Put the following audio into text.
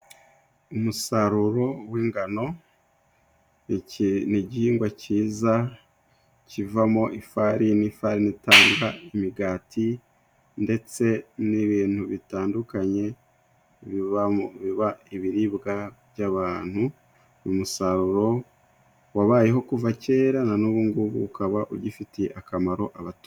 Umusaruro w'ingano, iki ni igihingwa cyiza kivamo ifarini, ifarini itanga imigati, ndetse n'ibintu bitandukanye biba ibiribwa by'abantu, umusaruro wabayeho kuva kera nanubungubu ukaba ugifitiye akamaro abaturage.